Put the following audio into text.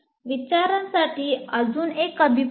विचारासाठी अजून एक अभिप्राय आहे